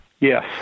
Yes